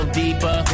deeper